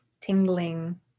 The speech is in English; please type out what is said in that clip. tingling